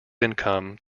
income